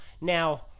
Now